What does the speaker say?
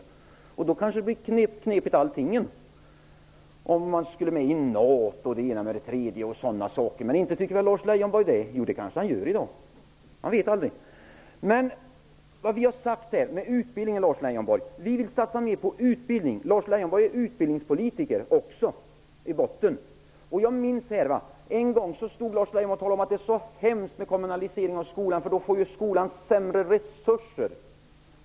Allting blir kanske knepigt, om vi här skulle ta upp vad som sades om att Sverige skulle gå med i NATO och det ena med det tredje. Inte är väl Lars Leijonborg av den uppfattningen -- eller det kanske han är i dag, man vet aldrig. Vi har sagt att vi vill satsa mer på utbildning. Lars Leijonborg är också utbildningspolitiker i botten. Jag minns att Lars Leijonborg en gång talade om att det skulle vara så hemskt med en kommunalisering av skolan, för då skulle skolan få sämre resurser.